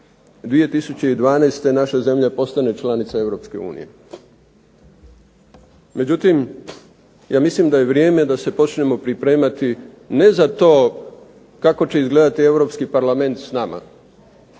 2012. naša zemlja postane članica Europske unije. Međutim, ja mislim da je vrijeme da se počnemo pripremati ne za to kako će izgledati Europski parlament s nama,